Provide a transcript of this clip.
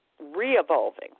re-evolving